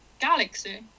galaxy